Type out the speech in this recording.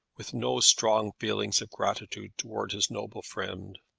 with no strong feelings of gratitude towards his noble friend.